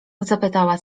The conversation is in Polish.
zapytała